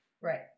right